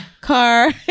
car